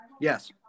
Yes